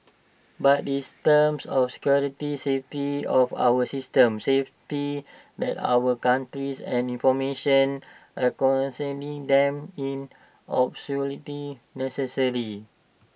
but this terms of security safety of our system safety that our countries and information them in absolutely necessary